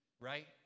right